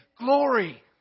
glory